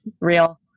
real